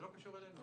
זה לא קשור אלינו.